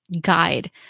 guide